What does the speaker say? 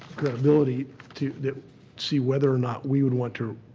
credibility to see whether or not we would want to